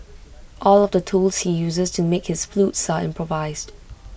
all of the tools he uses to make his flutes are improvised